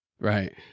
Right